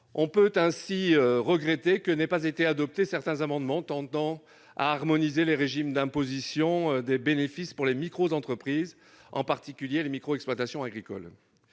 l'on peut regretter que n'aient pas été adoptés certains amendements tendant à harmoniser les régimes d'imposition des bénéfices pour les microentreprises, en particulier les micro-exploitations agricoles.